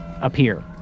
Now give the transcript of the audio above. appear